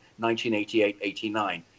1988-89